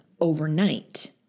overnight